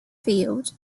field